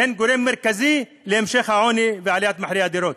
שהן גורם מרכזי להמשך העוני ולעליית מחירי הדירות.